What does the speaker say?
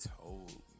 told